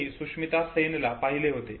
तुम्ही सुष्मिता सेनला पाहिले होते